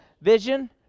vision